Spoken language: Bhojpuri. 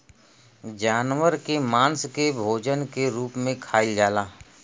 जानवर के मांस के भोजन के रूप में खाइल जाला